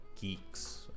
geeks